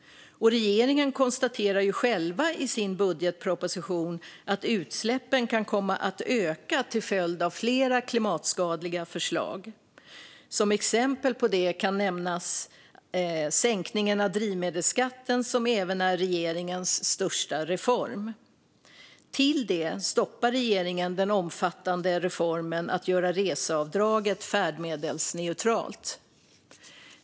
Regeringen konstaterar dessutom i sin budgetproposition att utsläppen kan komma att öka. Det är följden av flera klimatskadliga förslag. Som exempel kan nämnas sänkningen av drivmedelsskatten, som även är regeringens största reform. Därtill stoppar regeringen den omfattande reformen att göra reseavdraget färdmedelsneutralt.